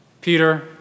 Peter